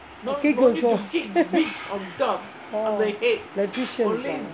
kick also oh